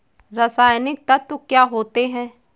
रसायनिक तत्व क्या होते हैं?